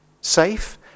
safe